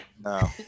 No